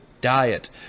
diet